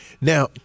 Now